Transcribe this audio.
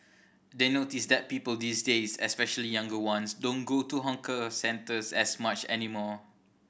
they notice that people these days especially younger ones don't go to hawker centres as much anymore